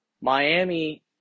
Miami